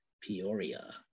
Peoria